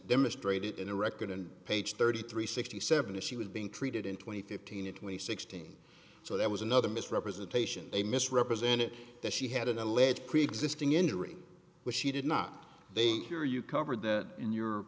demonstrated in the record and page thirty three sixty seven if she was being treated in twenty fifteen or twenty sixteen so that was another misrepresentation they misrepresented that she had an alleged create existing injury which she did not they hear you covered that in your